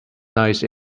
nice